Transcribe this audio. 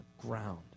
ground